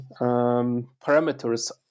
parameters